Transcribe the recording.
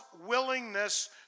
willingness